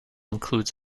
includes